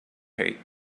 hate